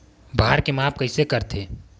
भार के माप कइसे करथे?